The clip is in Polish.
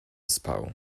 spał